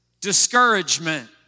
discouragement